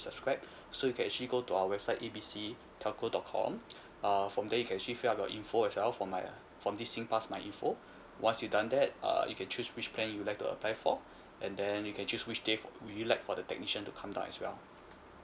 subscribe so you can actually go to our website A B C telco dot com uh from there you can actually fill out you info as well from my uh from this singpass my info once you done that uh if you choose which plan you like to apply for and then you can choose which day for would you like for the technician to come down as well